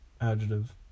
Adjective